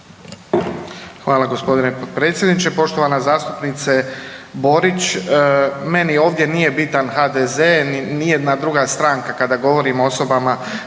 Hvala gospodine potpredsjedniče. Poštovana zastupnice Borić, meni ovdje nije bitan HDZ ni nijedna druga stranka kada govorimo o osobama